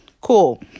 Cool